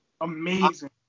amazing